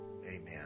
amen